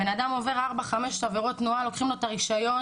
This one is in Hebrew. אדם עובר 4,5 עבירות תנועה, לוקחים לו את הרישיון